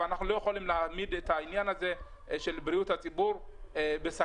אבל אנחנו לא יכולים להעמיד את העניין הזה של בריאות הציבור בסכנה.